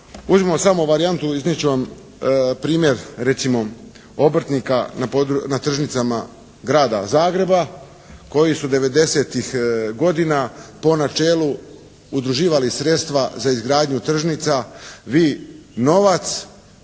Uzmimo samo varijantu, iznijet ću vam primjer recimo obrtnika na tržnicama Grada Zagreba koji su devedesetih godina po načelu udruživali sredstva za izgradnju tržnica. Vi novac,